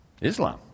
Islam